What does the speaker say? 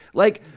like,